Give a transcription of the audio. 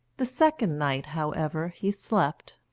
the second night, however, he slept,